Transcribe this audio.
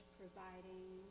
providing